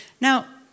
Now